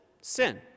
sin